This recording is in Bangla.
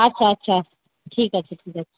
আচ্ছা আচ্ছা ঠিক আছে ঠিক আছে